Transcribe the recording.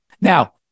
Now